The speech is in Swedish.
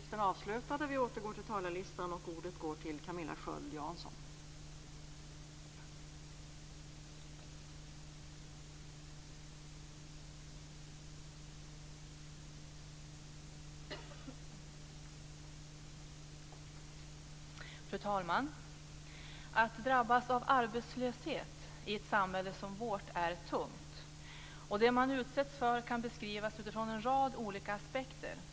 Fru talman! Att drabbas av arbetslöshet i ett samhälle som vårt är tungt. Det man utsätts för kan beskrivas utifrån en rad olika aspekter.